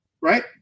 right